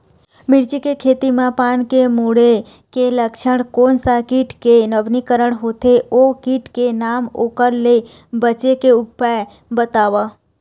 मिर्ची के खेती मा पान के मुड़े के लक्षण कोन सा कीट के नवीनीकरण होथे ओ कीट के नाम ओकर ले बचे के उपाय बताओ?